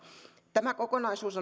tämä kokonaisuus